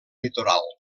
litoral